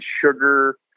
sugar